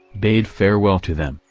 bade farewell to them,